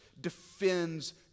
defends